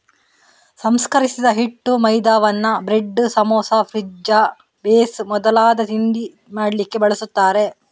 ಸಂಸ್ಕರಿಸಿದ ಹಿಟ್ಟು ಮೈದಾವನ್ನ ಬ್ರೆಡ್, ಸಮೋಸಾ, ಪಿಜ್ಜಾ ಬೇಸ್ ಮೊದಲಾದ ತಿಂಡಿ ಮಾಡ್ಲಿಕ್ಕೆ ಬಳಸ್ತಾರೆ